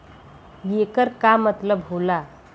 येकर का मतलब होला?